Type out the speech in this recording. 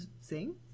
sing